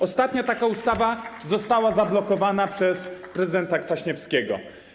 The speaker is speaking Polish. Ostatnia taka ustawa została zablokowana przez prezydenta Kwaśniewskiego.